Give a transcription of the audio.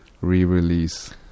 re-release